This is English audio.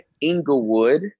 Inglewood